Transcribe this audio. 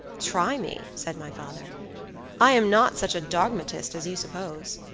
try me, said my father i am not such a dogmatist as you suppose.